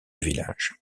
village